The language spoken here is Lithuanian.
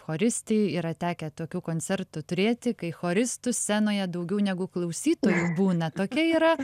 choristei yra tekę tokių koncertų turėti kai choristų scenoje daugiau negu klausytojų būna tokia yra